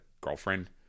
Girlfriend